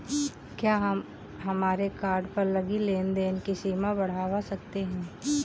क्या हम हमारे कार्ड पर लगी लेन देन की सीमा बढ़ावा सकते हैं?